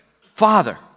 father